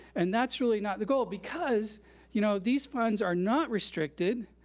and that's really not the goal because you know these funds are not restricted,